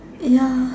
ya